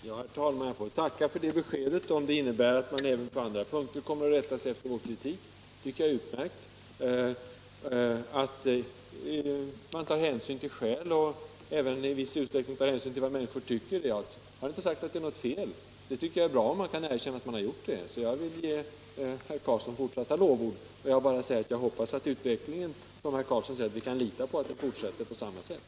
Herr talman! Jag får tacka för det beskedet. Om det innebär att man även på andra punkter kommer att rätta sig efter vår politik, så tycker jag det är utmärkt. Jag har inte sagt att det är fel att man tar hänsyn till skäl, och även i viss utsträckning till vad människor tycker. Det är bra att man erkänner att man gjort det, och jag vill ge Göran Karlsson | ytterligare lovord för det. Nu kan jag bara hoppas att utvecklingen kom | mer att fortsätta på samma sätt, som herr Karlsson i Huskvarna säger.